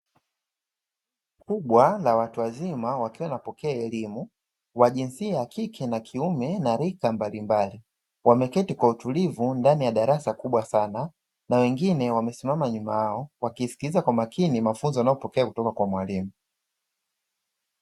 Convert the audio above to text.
Kundi kubwa labwatu wazima wakiwa wanapokea elimu wa jinsia ya kike na kiume na rika mbalimbali wameketi kwa utulivu ndani ya darasa kubwa sana, na wengine wamesimama nyuma yao wakisikiliza kwa makini mafunzo wanayopokea kutoka kwa mwalimu.